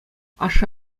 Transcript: ашшӗ